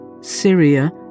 Syria